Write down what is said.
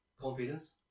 confidence